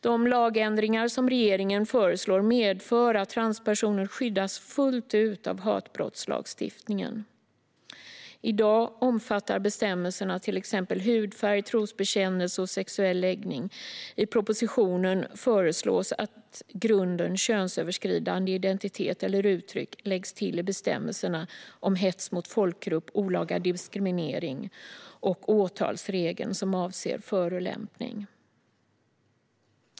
De lagändringar som regeringen föreslår medför att transpersoner skyddas fullt ut av hatbrottslagstiftningen. I dag omfattar bestämmelserna till exempel hudfärg, trosbekännelse och sexuell läggning. I propositionen föreslås att grunden könsöverskridande identitet eller uttryck läggs till i bestämmelserna om hets mot folkgrupp, olaga diskriminering och åtalsregeln som avser förolämpning.